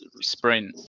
sprint